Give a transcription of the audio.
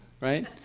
right